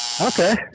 Okay